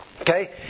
Okay